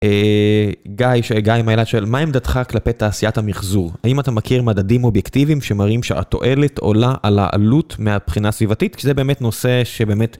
גיא מאילת שואל, מה עמדתך כלפי תעשיית המחזור? האם אתה מכיר מדדים אובייקטיביים שמראים שהתועלת עולה על העלות מהבחינה הסביבתית? שזה באמת נושא שבאמת...